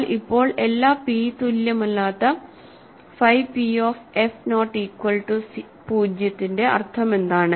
എന്നാൽ ഇപ്പോൾ എല്ലാ p ക്കും phi p of f not equal 0 യുടെ അർത്ഥമെന്താണ്